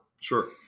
Sure